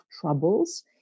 troubles